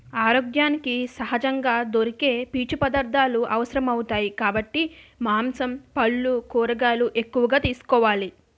ఆరోగ్యానికి సహజంగా దొరికే పీచు పదార్థాలు అవసరమౌతాయి కాబట్టి మాంసం, పల్లు, కూరగాయలు ఎక్కువగా తీసుకోవాలి